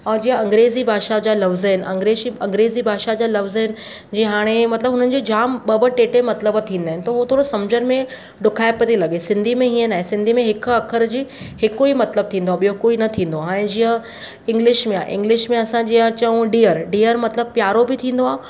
ऐं जीअं अंग्रेजी भाषा जा लफ़्ज़ आहिनि अंग्रेजी अग्रेजी भाषा जा लफ़्ज आहिनि जीअं हाणे मतिलबु मुंहिंजी जामु ॿ ॿ टे टे मतिलबु थींदा आहिनि त उहो थोरो समुझनि में ॾुखाइप थी लॻे सिंधी में हीअं नाहे सिंधी में हिकु अख़र जी हिक ई मतिलबु थींदो आहे ॿियो कोई न थींदो आहे हाणे जीअं इंग्लिश में आहे इंग्लिश में असां जीअं चऊं डियर डियर मतिलबु प्यारो बि थींदो आहे